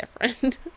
different